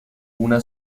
una